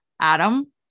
adam